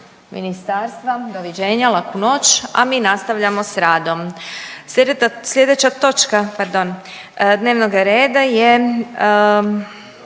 ministarstva, doviđenja, laku noć, a mi nastavljamo s radom. **Jandroković, Gordan